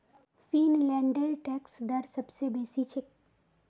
फिनलैंडेर टैक्स दर सब स बेसी छेक